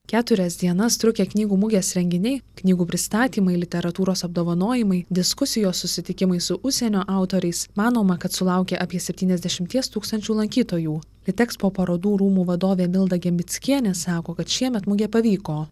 keturias dienas trukę knygų mugės renginiai knygų pristatymai literatūros apdovanojimai diskusijos susitikimai su užsienio autoriais manoma kad sulaukė apie septyniasdešimties tūkstančių lankytojų litekspo parodų rūmų vadovė milda gembickienė sako kad šiemet mugė pavyko